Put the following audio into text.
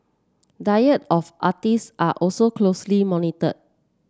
diet of artiste are also closely monitored